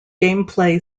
gameplay